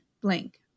blank